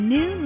New